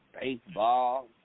baseball